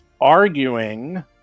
arguing